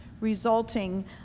resulting